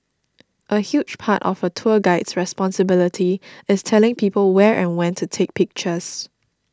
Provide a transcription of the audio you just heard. a huge part of a tour guide's responsibilities is telling people where and when to take pictures